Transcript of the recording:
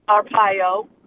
Arpaio